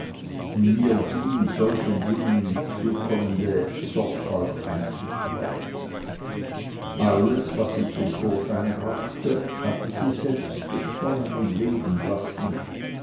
und mir die solchen dingen zukommende sorgfalt einzuprägen alles was sie zum vorschein brachte hatte sie selbst gesponnen und weben lassen